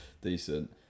Decent